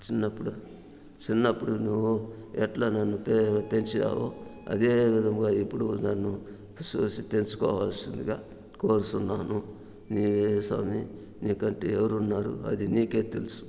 చిన్నప్పుడు చిన్నప్పుడు నువ్వు ఎట్లా నన్ను పె పెంచినావో అదే విధముగా ఇప్పుడు నన్ను చూసి పెంచుకోవాల్సిందిగా కోరుచున్నాను నీవే స్వామి నీకంటే ఎవరున్నారు అది నీకే తెలుసు